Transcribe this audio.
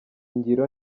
ngiro